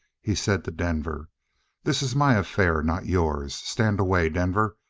he said to denver this is my affair, not yours. stand away, denver.